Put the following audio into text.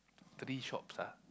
three shops ah